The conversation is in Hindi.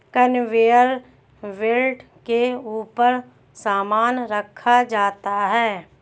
कनवेयर बेल्ट के ऊपर सामान रखा जाता है